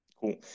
Cool